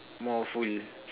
more full